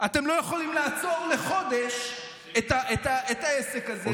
אתם לא יכולים לעצור לחודש את העסק הזה.